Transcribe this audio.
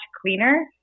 cleaner